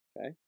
Okay